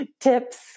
tips